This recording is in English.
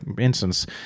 instance